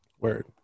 word